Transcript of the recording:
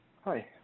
Hi